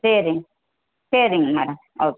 சரிங் சரிங்க madam okay